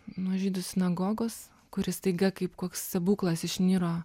nuo žydų sinagogos kuri staiga kaip koks stebuklas išniro